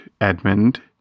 edmund